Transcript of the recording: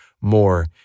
more